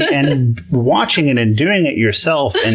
and watching it, and doing it yourself, and